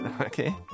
Okay